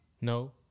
No